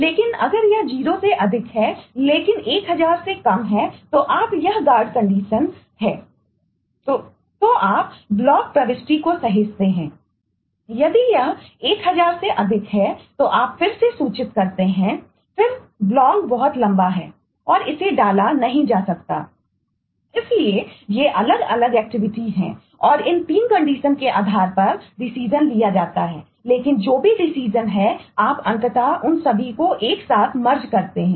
लेकिन अगर यह 0 से अधिक है लेकिन 1000 से कम है तो यह एक गार्ड कंडीशन को प्रदर्शित करते हैं